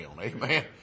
Amen